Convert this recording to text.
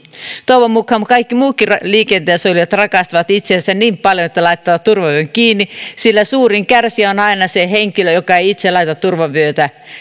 toivon mukaan kaikki muutkin liikenteessä olijat rakastavat itseänsä niin paljon että laittavat turvavyön kiinni sillä suurin kärsijä on aina se henkilö joka ei itse laita turvavyötä